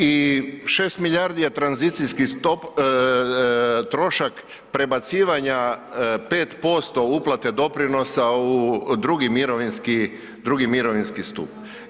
I 6 milijardi je tranzicijski trošak prebacivanja 5% uplate doprinosa u II. mirovinski stup.